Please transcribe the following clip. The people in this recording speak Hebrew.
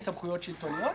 העקרוניות,